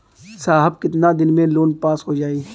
साहब कितना दिन में लोन पास हो जाई?